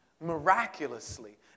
Miraculously